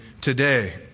today